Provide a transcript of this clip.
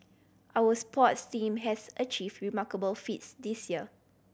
our sports team has achieved remarkable feats this year